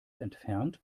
entfernt